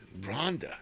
Rhonda